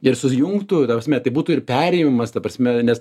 ir susijungtų ta prasme tai būtų ir perėjimas ta prasme nes